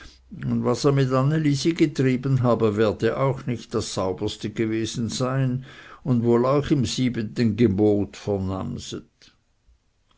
was er mit anne lisi getrieben habe werde auch nicht das sauberste gewesen sein und wohl auch im siebenten gebot